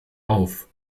auf